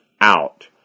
out